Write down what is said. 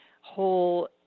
whole